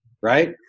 Right